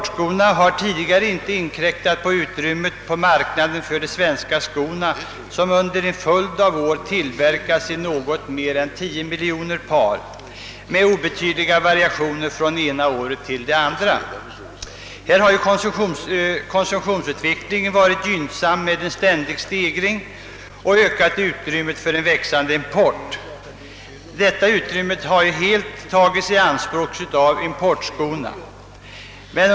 Tidigare har importskorna inte inkräktat på marknadsutrymmet för de svenska skorna, som under en följd av år har tillverkats i något mer än 10 miljoner par med obetydliga variationer från det ena året till det andra. Konsumtionsutvecklingen har «varit gynnsam med en ständig stegring, men det ökade utrymmet har helt tagits i anspråk av importerade skor.